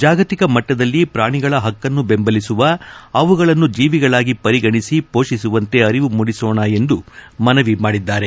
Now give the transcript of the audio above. ಜಾಗತಿಕ ಮಟ್ಟದಲ್ಲಿ ಪ್ರಾಣಿಗಳ ಹಕ್ಕನ್ನು ದೆಂಬಲಿಸುವ ಅವುಗಳನ್ನು ಜೀವಿಗಳಾಗಿ ಪರಿಗಣಸಿ ಹೋಷಿಸುವಂತೆ ಅರಿವು ಮೂಡಿಸೋಣ ಎಂದು ಮನವಿ ಮಾಡಿದ್ದಾರೆ